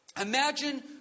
Imagine